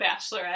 bachelorette